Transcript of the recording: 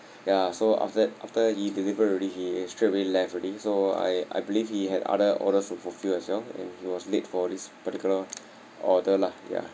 ya so after that after he delivered already he straightaway left already so I I believe he had other orders to fulfil as well and he was late for this particular order lah ya